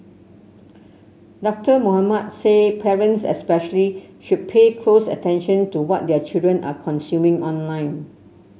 Doctor Mohamed said parents especially should pay close attention to what their children are consuming online